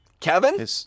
Kevin